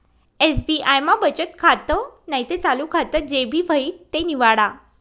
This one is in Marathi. एस.बी.आय मा बचत खातं नैते चालू खातं जे भी व्हयी ते निवाडा